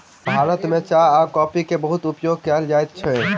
भारत में चाह आ कॉफ़ी के बहुत उपयोग कयल जाइत अछि